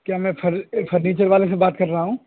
کیا میں پھر پھرنیچر والے سے بات کر رہا ہوں